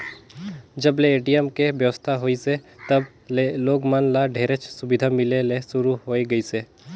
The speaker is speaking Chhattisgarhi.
जब ले ए.टी.एम के बेवस्था होइसे तब ले लोग मन ल ढेरेच सुबिधा मिले ले सुरू होए गइसे